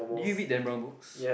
did you read dan brown books